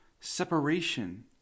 separation